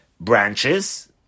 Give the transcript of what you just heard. branches